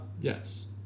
Yes